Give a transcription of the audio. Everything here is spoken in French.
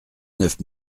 neuf